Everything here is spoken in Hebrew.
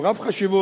הוא רב חשיבות.